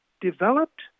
developed